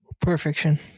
Perfection